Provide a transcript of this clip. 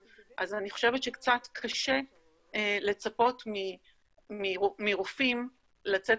אז אני חושבת שקצת קשה לצפות מרופאים לצאת